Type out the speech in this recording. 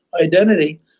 identity